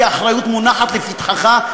כי האחריות מונחת לפתחך,